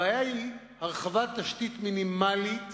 הבעיה היא הרחבת תשתית מינימלית.